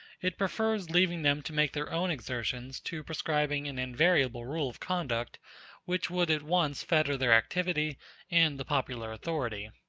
it prefers leaving them to make their own exertions to prescribing an invariable rule of conduct which would at once fetter their activity and the popular authority.